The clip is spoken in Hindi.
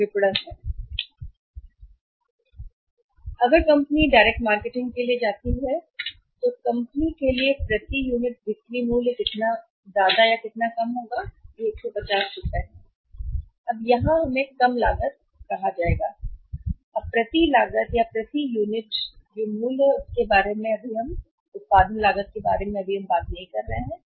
अगर कंपनी जाती है तो अगर कंपनी जाती है तो direct marketing channel right directing marketing चैनलफिर से प्रति यूनिट बिक्री मूल्य के लिए यह है कि रुपये कितना है सही और कम बिक्री मूल्य कितना है 150 और यहाँ अब हमें कम लागत कहा जाएगा अब लागत प्रति लागत लागत मूल्य बन जाएगी इकाई यहां लागत प्रति यूनिट है इसका मतलब है कि हम अभी उत्पादन की लागत के बारे में बात नहीं कर रहे हैं